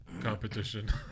competition